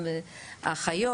גם אחיות.